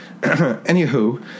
anywho